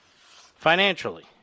financially